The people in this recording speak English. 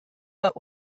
but